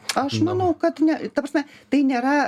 aš manau kad ne ta prasme tai nėra